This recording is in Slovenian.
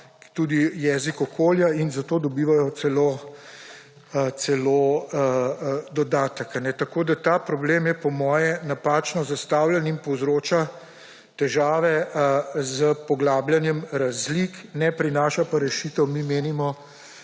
tudi jezik okolja; in za to dobivajo celo dodatek. Ta problem je po moje napačno zastavljen in povzroča težave s poglabljanjem razlik, ne prinaša pa rešitev. Mi menimo,